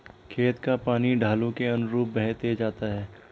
खेत का पानी ढालू के अनुरूप बहते जाता है